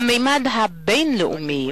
בממד הבין-לאומי,